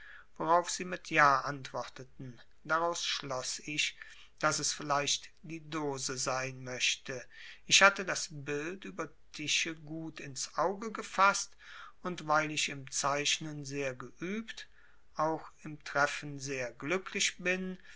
worauf sie mit ja antworteten daraus schloß ich daß es vielleicht die dose sein möchte ich hatte das bild über tische gut ins auge gefaßt und weil ich im zeichnen sehr geübt auch im treffen sehr glücklich bin